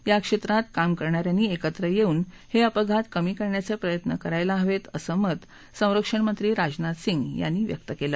या क्षेत्रात काम करणाऱ्यांनी एकत्र येऊन हे अपघात कमी करण्याचे प्रयत्न करायला हवेत असं मत संरक्षण मंत्री राजनाथ सिंग यांनी व्यक्त केलं